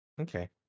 Okay